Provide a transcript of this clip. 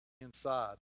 inside